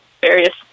various